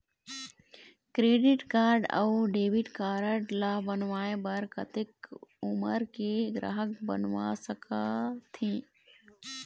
Credit card अऊ debit card ला बनवाए बर कतक उमर के ग्राहक बनवा सका थे?